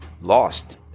lost